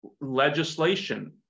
legislation